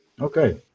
Okay